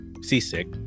seasick